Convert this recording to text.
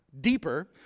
deeper